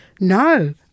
No